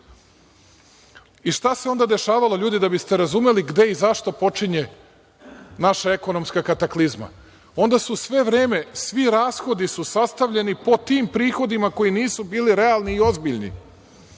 I šta se onda dešavalo, ljudi, da biste razumeli gde i zašto počinje naša ekonomska kataklizma? Onda su sve vreme, svi rashodi su sastavljeni po tim prihodima koji nisu bili realni i ozbiljni,